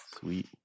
Sweet